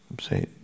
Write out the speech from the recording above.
say